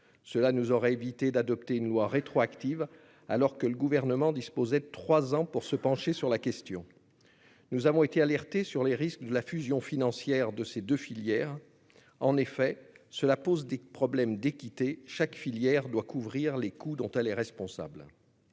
Cela nous aurait évité d'adopter une loi rétroactive alors que le Gouvernement disposait de trois ans pour se pencher sur la question. Nous avons été alertés sur les risques de la fusion financière de ces deux filières. En effet, cela pose des problèmes d'équité : chaque filière doit couvrir les coûts dont elle est responsable.